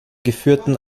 geführten